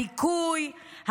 הדיכוי,